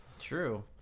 true